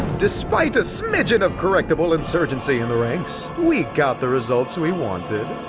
despite a smidgen of correctable insurgency in the ranks, we got the results we wanted.